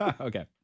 Okay